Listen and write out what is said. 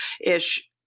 ish